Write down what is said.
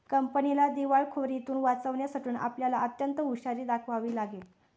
कंपनीला दिवाळखोरीतुन वाचवण्यासाठी आपल्याला अत्यंत हुशारी दाखवावी लागेल